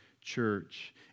church